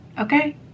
okay